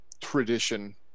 tradition